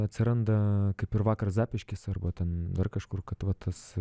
atsiranda kaip ir vakar zapyškis arba ten dar kažkur kad va tas